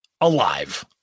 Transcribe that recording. alive